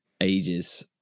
ages